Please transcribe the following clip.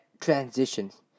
transitions